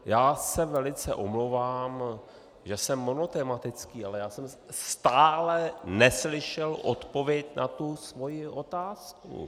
Já se velice omlouvám, že jsem monotematický, ale já jsem stále neslyšel odpověď na tu svoji otázku.